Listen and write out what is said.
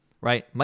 right